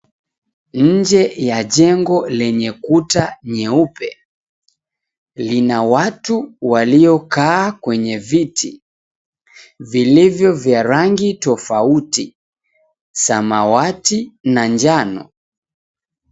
Nje ya jengo lenye kuta nyeupe lina watu waliokaa kwenye viti, vilivyo vya rangi tofauti ,samawati na njano.